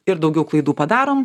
ir daugiau klaidų padarom